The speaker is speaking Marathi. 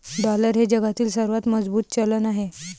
डॉलर हे जगातील सर्वात मजबूत चलन आहे